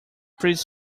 pretty